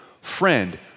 Friend